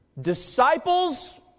Disciples